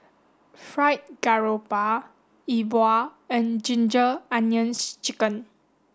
fried garoupa E Bua and ginger onions chicken